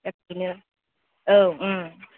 दा बिदिनो औ